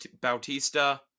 Bautista